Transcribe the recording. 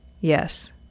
Yes